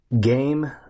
Game